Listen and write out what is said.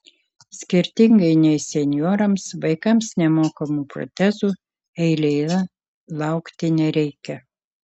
skirtingai nei senjorams vaikams nemokamų protezų eilėje laukti nereikia